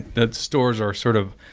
that storage are sort of